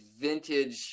vintage